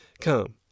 come